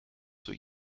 zur